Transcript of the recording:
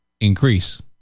increase